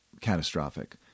catastrophic